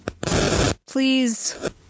please